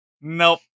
nope